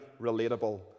relatable